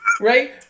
Right